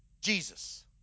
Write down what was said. Jesus